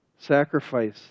Sacrifice